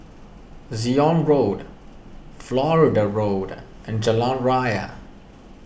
Zion Road Florida Road and Jalan Raya